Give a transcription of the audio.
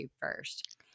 first